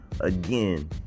again